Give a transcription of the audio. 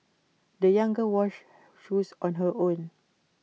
the young girl washed shoes on her own